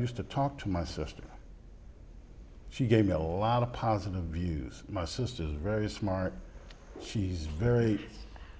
used to talk to my sister she gave me a lot of positive views my sister is very smart she's very